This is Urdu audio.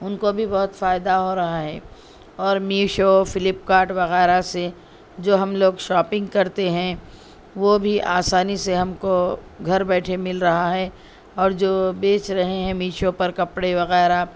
ان کو بھی بہت فائدہ ہو رہا ہے اور میشو فلپ کارٹ وغیرہ سے جو ہم لوگ شاپنگ کرتے ہیں وہ بھی آسانی سے ہم کو گھر بیٹھے مل رہا ہے اور جو بیچ رہے ہیں میشو پر کپڑے وغیرہ